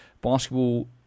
basketball